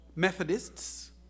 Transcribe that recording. Methodists